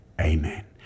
Amen